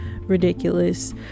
ridiculous